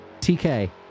TK